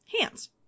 hands